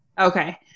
Okay